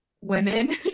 women